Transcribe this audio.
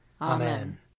Amen